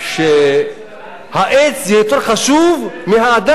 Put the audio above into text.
שהעץ יהיה יותר חשוב מהאדם,